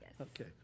Okay